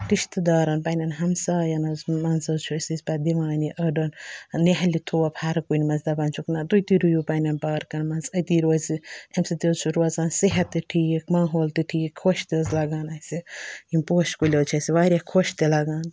رِشتہٕ دارَن پنٛںٮ۪ن ہَمسایَن حظ منٛز حظ چھِ أسۍ پَتہٕ دِوان یہِ أڑہَن نِۂلہِ تھوپ ہَرکُنہِ منٛز دَپان چھِکھ نہ تُہۍ تہِ رُیِو پنٛنٮ۪ن پارکَن مںٛز أتی روزِ اَمہِ سۭتۍ حظ چھُ روزان صحت تہِ ٹھیٖک ماحول تہِ ٹھیٖک خۄش تہِ حظ لَگان اَسہِ یِم پوشہِ کُلۍ حظ چھِ واریاہ خۄش تہِ لَگان